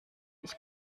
ich